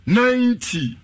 ninety